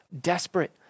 desperate